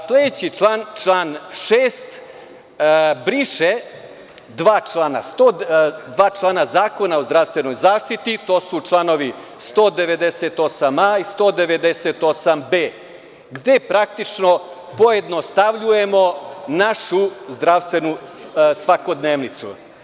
Sledeći član, član 6, briše dva člana Zakona o zdravstvenoj zaštiti, to su članovi 198a i 198b, gde praktično pojednostavljujemo našu zdravstvenu svakodnevicu.